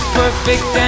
perfect